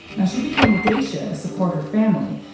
now she became a geisha to support her family,